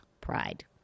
pride